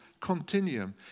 continuum